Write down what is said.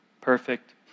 perfect